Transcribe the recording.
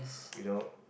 you know